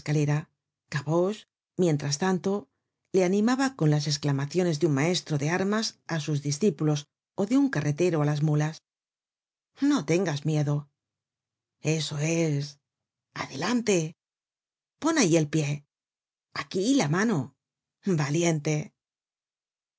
mientras tanto le animaba con las esclamaciones de un maestro de armas á sus discípulos ó de un carretero á las muías no tengas miedo eso es adelante pon ahí el pie aquí la mano valiente